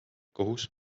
kohus